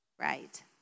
right